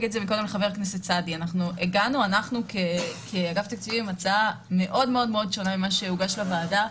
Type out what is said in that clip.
אנחנו הגענו כאגף תקציבים עם הצעה מאוד שונה ממה שהוגש לוועדה,